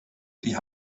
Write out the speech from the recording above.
die